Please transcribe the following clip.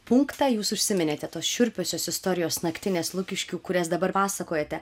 punktą jūs užsiminėte tos šiurpiosios istorijos naktines lukiškių kurias dabar pasakojate